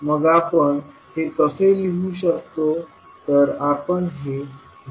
मग आपण हे कसे लिहू शकतो